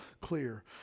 clear